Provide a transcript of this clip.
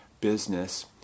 business